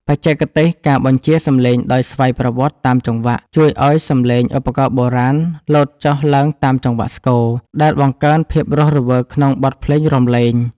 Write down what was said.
បច្ចេកទេស ការបញ្ជាសំឡេងដោយស្វ័យប្រវត្តិតាមចង្វាក់ ជួយឱ្យសំឡេងឧបករណ៍បុរាណ លោតចុះឡើងតាមចង្វាក់ស្គរ ដែលបង្កើនភាពរស់រវើកក្នុងបទភ្លេងរាំលេង។